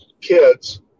kids